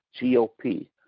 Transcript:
GOP